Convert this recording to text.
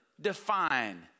define